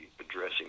addressing